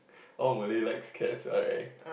all Malay likes cats right